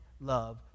love